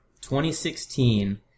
2016